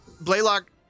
Blaylock